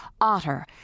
Otter